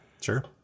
Sure